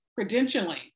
credentialing